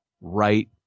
right